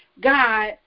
God